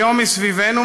היום מסביבנו,